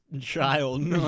child